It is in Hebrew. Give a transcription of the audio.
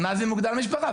מה זה מוגדר משפחה?